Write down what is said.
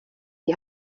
die